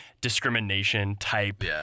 discrimination-type